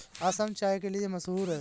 असम चाय के लिए मशहूर है